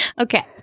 Okay